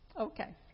okay